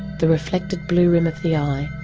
the reflected blue rim of the eye,